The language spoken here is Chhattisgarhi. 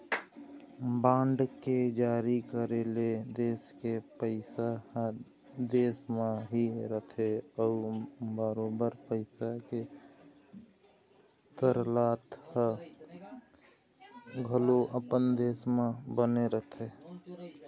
बांड के जारी करे ले देश के पइसा ह देश म ही रहिथे अउ बरोबर पइसा के तरलता ह घलोक अपने देश म बने रहिथे